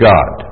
God